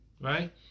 right